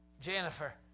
Jennifer